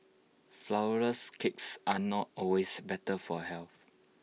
Flourless Cakes are not always better for health